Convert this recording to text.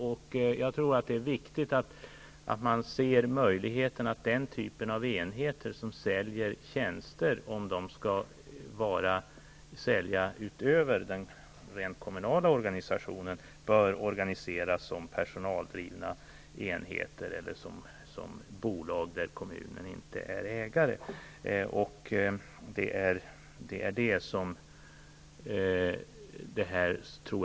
Det är då viktigt att se möjligheten för den typen av enheter, som säljer tjänster, att organiseras som personaldrivna enheter eller som bolag där kommunen inte är ägare, om man skall sälja någonting utöver den rent kommunala organisationen.